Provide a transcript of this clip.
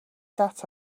that